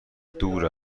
دور